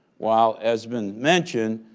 while as been mentioned,